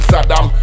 Saddam